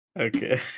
Okay